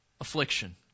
affliction